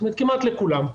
זאת אומרת כמעט לכולם.